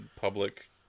public